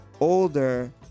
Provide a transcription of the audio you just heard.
older